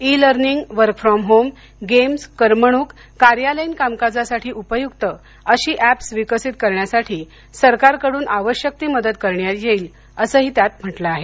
E learning work from home games करमणूक कार्यालयीन कामकाजासाठी उपयुक्त अशी ऍप्स विकसित करण्यासाठी सरकारकडून आवश्यक ती मदत करण्यात येईल असंही त्यांनी म्हटलं आहे